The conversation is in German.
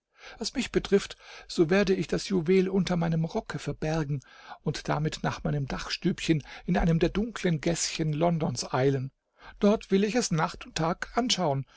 was mich betrifft so werde ich das juwel unter meinem rocke verbergen und damit nach meinem dachstübchen in einem der dunklen gäßchen londons eilen dort will ich es nacht und tag anschauen